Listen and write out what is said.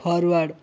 forward